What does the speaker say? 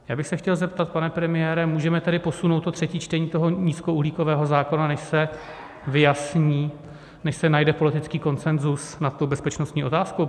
Já bych se chtěl zeptat, pane premiére, můžeme tedy posunout třetí čtení toho nízkouhlíkového zákona, než se vyjasní, než se najde politický konsenzus nad tou bezpečnostní otázkou?